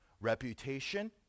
reputation